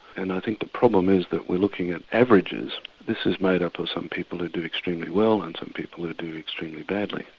and i think the problem is that we're looking at averages, this is made up of some people who do extremely well and some people who do extremely badly.